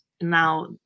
Now